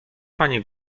pani